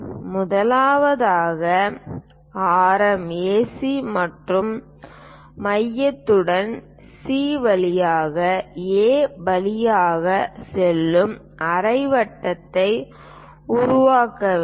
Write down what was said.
முதலாவதாக ஆரம் ஏசி மற்றும் மையத்துடன் சி வழியாக ஏ வழியாக செல்லும் அரைவட்டத்தை உருவாக்க வேண்டும்